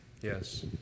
Yes